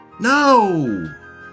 No